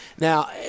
Now